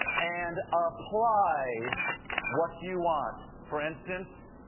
and apply what you want. for instance